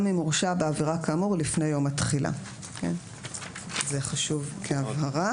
גם אם הורשע בעבירה כאמור לפני יום התחילה." זה חשוב כהבהרה.